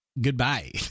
goodbye